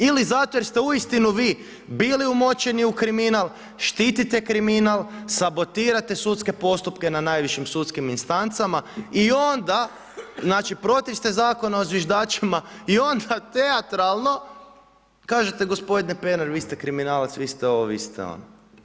Ili zato jer ste uistinu vi bili umočeni u kriminal, štitite kriminal, sabotirate sudske postupke na najvišim sudskim instancama i onda znači protiv ste Zakona o zviždačima i onda teatralno, kažete gospodine Pernar, vi ste kriminalac vi ste ovo, vi ste ono.